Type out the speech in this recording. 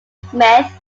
smith